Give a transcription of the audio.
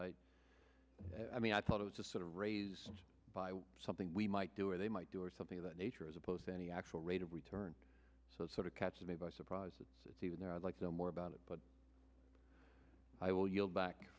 i mean i thought it was just sort of raised by something we might do or they might do or something of that nature as opposed to any actual rate of return so it sort of catches me by surprise it's even there i'd like them more about it but i will y